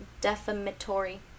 defamatory